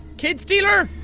kid stealer?